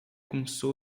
começou